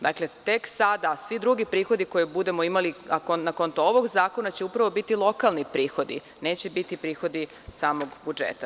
Dakle, tek sada, svi drugi prihodi koje budemo imali, a na konto ovog zakona, će upravo biti lokalni prihodi, neće biti prihodi samog budžeta.